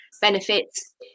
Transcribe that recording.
benefits